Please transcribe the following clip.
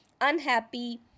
unhappy